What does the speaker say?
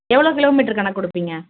எவ்வளோ கிலோமீட்டர் கணக்கு கொடுப்பீங்க